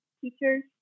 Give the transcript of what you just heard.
teachers